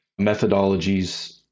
methodologies